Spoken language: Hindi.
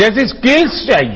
जैसी स्किल चाहिए